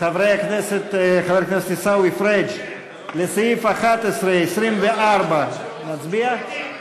חבר הכנסת עיסאווי פריג', לסעיף 11, 24, נצביע?